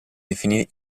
definì